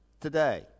today